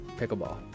pickleball